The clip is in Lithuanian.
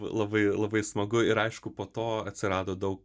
labai labai smagu ir aišku po to atsirado daug